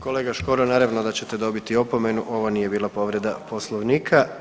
Kolega Škoro naravno da ćete dobiti opomenu, ovo nije bila povreda Poslovnika.